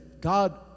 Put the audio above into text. God